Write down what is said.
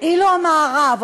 אילו המערב,